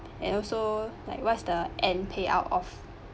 and also like what is the end payout of